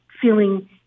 feeling